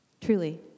truly